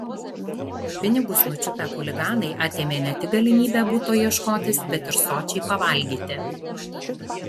pinigus nučiupę chuliganai atėmė ne tik galimybę buto ieškotis bet ir sočiai pavalgyti